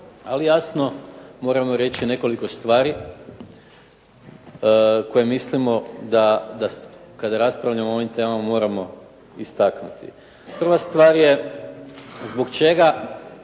ali jasno moramo reći nekoliko stvari koje mislimo da kada raspravljamo o ovim temama moramo istaknuti. Prva stvar je, zbog čega